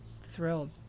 thrilled